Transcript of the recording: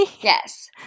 Yes